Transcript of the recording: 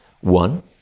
One